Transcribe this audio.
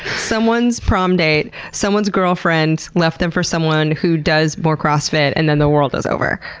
someone's prom date, someone's girlfriend, left them for someone who does more crossfit, and then the world is over.